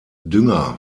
dünger